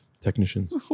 technicians